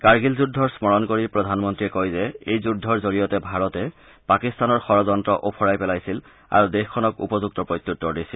কাগিল যুদ্ধৰ স্মৰণ কৰি প্ৰধান মন্ত্ৰীয়ে কয় যে এই যুদ্ধৰ জৰিয়তে ভাৰতে পাকিস্তানৰ ষড্যন্ত্ৰ উফৰাই পেলাইছিল আৰু দেশখনক উপযুক্ত প্ৰত্যুত্তৰ দিছিল